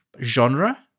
genre